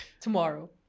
tomorrow